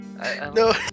No